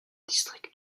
district